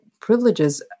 privileges